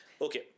Okay